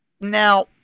now